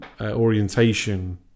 orientation